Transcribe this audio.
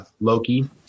Loki